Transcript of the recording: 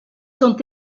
sont